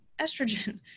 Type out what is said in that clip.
estrogen